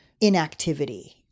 inactivity